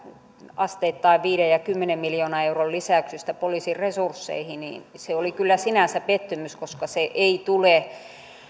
asteittain viisi ja kymmenen miljoonan euron lisäyksestä poliisin resursseihin oli kyllä sinänsä pettymys koska se ei tule